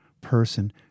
person